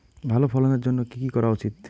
ভালো ফলনের জন্য কি কি করা উচিৎ?